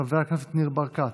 חבר הכנסת ניר ברקת,